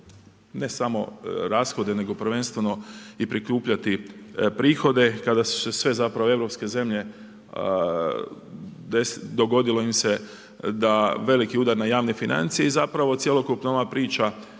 ne samo rashode nego prvenstveno i prikupljati prihode, kada su se sve zapravo europske zemlje, dogodilo im se da veliki udar na javne financije i zapravo cjelokupna ova priča